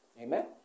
Amen